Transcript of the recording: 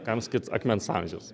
kam sakyt akmens amžius